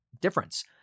difference